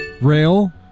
Rail